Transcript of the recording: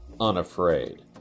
unafraid